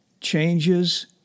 changes